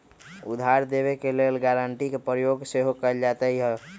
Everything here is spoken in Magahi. उधार देबऐ के लेल गराँटी के प्रयोग सेहो कएल जाइत हइ